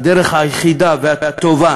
הדרך היחידה והטובה